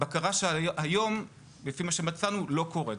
בקרה שהיום לפי מה שמצאנו לא קורה.